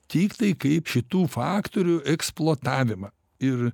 tiktai kaip šitų faktorių eksploatavimą ir